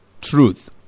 Truth